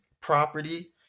Property